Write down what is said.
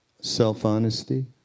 self-honesty